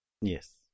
Yes